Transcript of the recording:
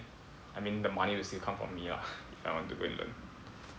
I mean the money will still come from me ah if I want to go and learn